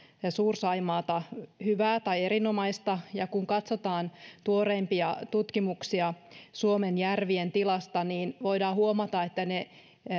ja suur saimaata hyvää tai erinomaista ja kun katsotaan tuoreimpia tutkimuksia suomen järvien tilasta voidaan huomata että ne